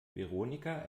veronika